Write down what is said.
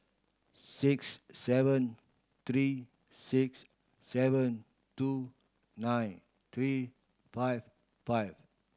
six seven three six seven two nine three five five